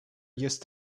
used